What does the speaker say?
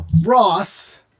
Ross